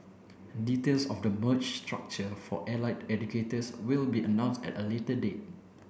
details of the merged structure for allied educators will be announced at a later date